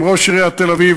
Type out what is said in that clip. עם ראש עיריית תל-אביב,